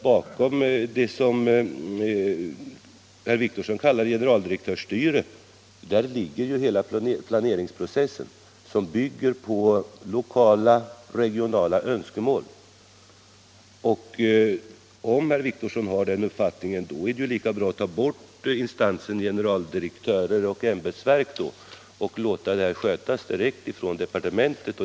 Bakom det som herr Wictorsson kallar generaldirektörsstyre ligger hela planeringsprocessen, som bygger på lokala, regionala önskemål. Om man har den uppfattning som herr Wictorsson har är det lika bra att ta bort instansen generaldirektörer och ämbetsverk och låta det här skötas direkt från departementet.